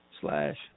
slash